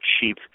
cheap